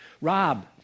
Rob